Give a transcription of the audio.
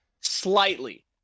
Slightly